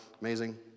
Amazing